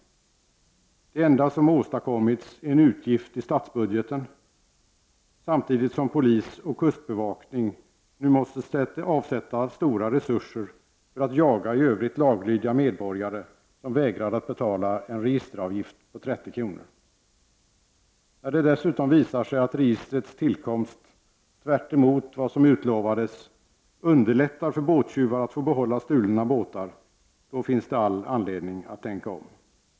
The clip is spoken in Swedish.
Det enda som åstadkommits är en utgift i statsbudgeten, samtidigt som polis och kustbevakning nu måste avsätta stora resurser för att jaga i övrigt laglydiga medborgare som vägrar att betala en registeravgift på 30 kr. När det dessutom visar sig att registrets tillkomst — tvärtemot vad som utlovades — underlättar för båttjuvar att få behålla stulna båtar finns det all anledning att tänka om.